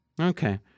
Okay